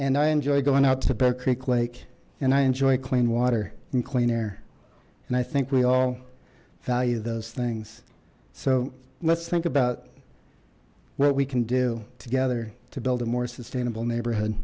and i enjoy going out to the bear creek lake and i enjoy clean water and clean air and i think we all value those things so let's think about what we can do together to build a more sustainable neighborhood